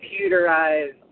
computerized